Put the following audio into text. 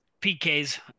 PKs